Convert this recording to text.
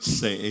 say